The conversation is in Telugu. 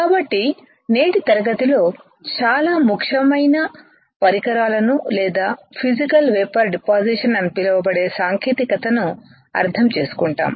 కాబట్టి నేటి తరగతి లో చాలా ముఖ్యమైన పరికరాలను లేదా ఫిసికల్ వేపర్ డిపాసిషన్ అని పిలువబడే సాంకేతికతను అర్థం చేసుకుంటాము